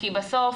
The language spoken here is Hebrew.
כי בסוף,